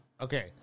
okay